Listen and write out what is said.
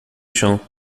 chão